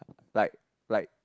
like like